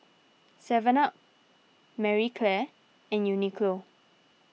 Seven Up Marie Claire and Uniqlo